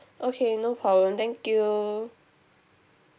okay no problem thank you